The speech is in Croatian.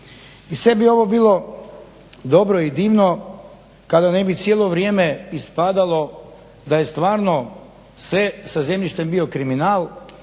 I sve bi ovo bilo dobro i divno kada ne bi cijelo vrijeme ispadalo da je stvarno sve sa zemljištem bio kriminal,